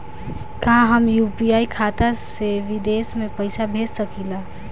का हम यू.पी.आई खाता से विदेश म पईसा भेज सकिला?